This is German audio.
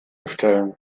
bestellen